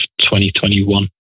2021